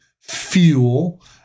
Fuel